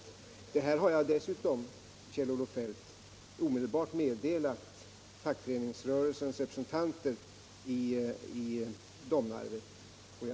Det här har jag dessutom, Kjell-Olof Feldt, omedelbart meddelat fackföreningsrörelsens representanter i Domnarvet.